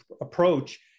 approach